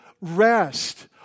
rest